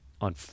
on